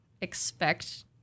expect